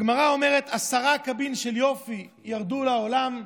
הגמרא אומרת: עשרה קבין של יופי ירדו לעולם,